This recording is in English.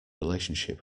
relationship